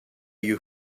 you